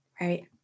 right